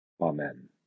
Amen